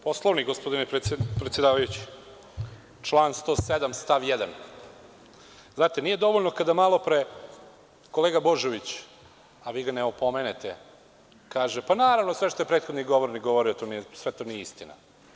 Poslovnik, gospodine predsedavajući, član 107. stav 1. Znate, nije dovoljno kada malopre kolega Božović, a vi ga ne opomenete, kaže – pa, naravno, sve što je prethodni govornik govorio, sve to nije istina.